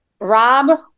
Rob